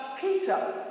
Peter